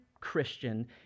christian